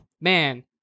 man